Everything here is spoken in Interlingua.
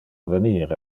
venir